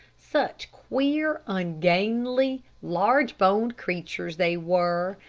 such queer, ungainly, large-boned creatures they were,